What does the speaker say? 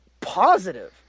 positive